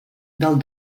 del